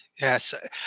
Yes